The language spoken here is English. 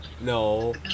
no